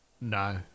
no